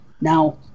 Now